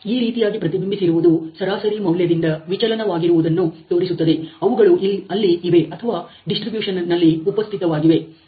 ಈ ರೀತಿಯಾಗಿ ಪ್ರತಿಬಿಂಬಿಸಿರುವುದು ಸರಾಸರಿ ಮೌಲ್ಯದಿಂದ ವಿಚಲನವಾಗಿರುವದನ್ನು ತೋರಿಸುತ್ತದೆ ಅವುಗಳು ಅಲ್ಲಿ ಇವೆ ಅಥವಾ ಡಿಸ್ಟ್ರಿಬ್ಯೂಷನ್ ನಲ್ಲಿ ಉಪಸ್ಥಿತವಾಗಿವೆ